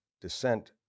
descent